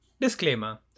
Disclaimer